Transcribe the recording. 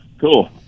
Cool